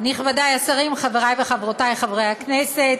נכבדי השרים, חברי וחברותי חברי הכנסת,